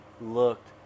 looked